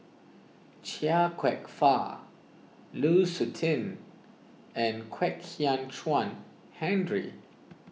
Chia Kwek Fah Lu Suitin and Kwek Hian Chuan Henry